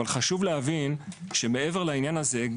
אבל חשוב להבין שמעבר לעניין הזה,